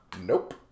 Nope